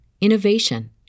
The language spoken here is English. innovation